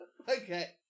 Okay